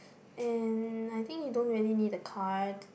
and I think you don't really need the card